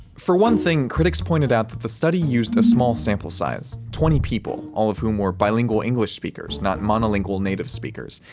for one thing, critics pointed out that the study used a small sample size twenty people, all of whom were bilingual english speakers, not monolingual native speakers.